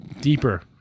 Deeper